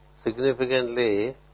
significantly